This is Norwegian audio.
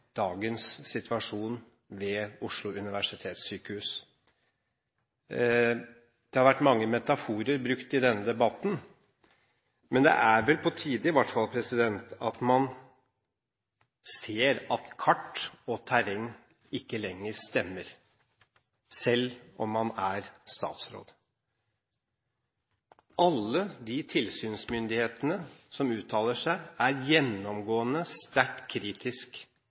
dagens situasjon ved Oslo universitetssykehus. Det har vært brukt mange metaforer i denne debatten, men det er vel i hvert fall på tide at man ser at kart og terreng ikke lenger stemmer – selv om man er statsråd. Alle de tilsynsmyndighetene som uttaler seg, er gjennomgående sterkt